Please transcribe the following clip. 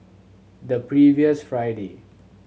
the previous Friday